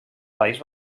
país